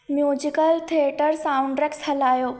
musical theatre soundtracks हलायो